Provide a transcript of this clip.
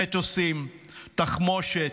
מטוסים, תחמושת,